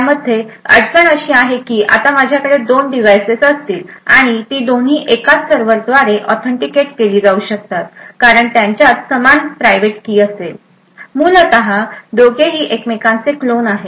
यामध्ये अडचण अशी आहे की आता माझ्याकडे दोन डिव्हायसेस असतील आणि ती दोन्ही एकाच सर्व्हरद्वारे ऑथेंटिकेट केली जाऊ शकतात कारण त्यांच्यात समान प्रायव्हेट की असेल मूलत दोघेही एकमेकांचे क्लोन आहेत